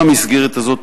במסגרת הזאת,